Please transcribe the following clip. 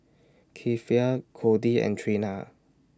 Kiefer Codie and Trina